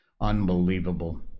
Unbelievable